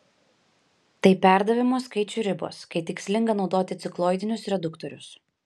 tai perdavimo skaičių ribos kai tikslinga naudoti cikloidinius reduktorius